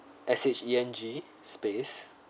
S H E N G space